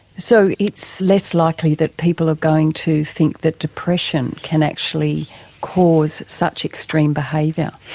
so it's less likely that people are going to think that depression can actually cause such extreme behaviour.